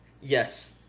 yes